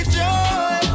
joy